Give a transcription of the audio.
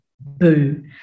boo